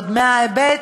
עוד מההיבט